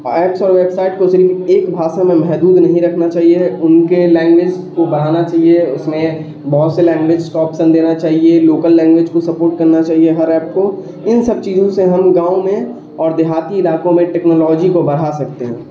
apps اور website کو صرف ایک باشا میں محدود نہیں رکھنا چاہیے ان کے لینگویج کو بڑھانا چاہیے اس میں بہت سے لینگویج کا آپشن دینا چاہیے لوکل لینگویج کو سپورٹ کرنا چاہیے ہر ایپ کو ان سب چیزوں سے ہم گاؤں میں اور دیہاتی علاقوں میں ٹیکنالوجی کو بڑھا سکتے ہیں